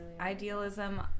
idealism